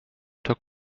took